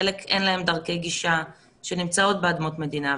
חלק אין להם דרכי גישה שנמצאות באדמות מדינה.